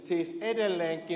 siis edelleenkin